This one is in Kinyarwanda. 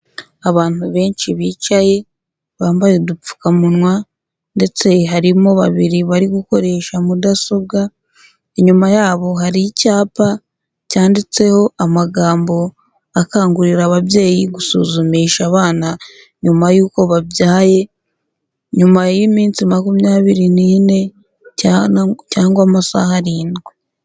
Abantu benshi bicaye bambaye udupfukamunwa ndetse harimo babiri bari gukoresha mudasobwa, inyuma yabo hari icyapa cyanditseho amagambo akangurira ababyeyi gusuzumisha abana nyuma y'uko babyaye, nyuma y'iminsi makumyabiri n'ine cyangwa amasaha arindwi.